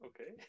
okay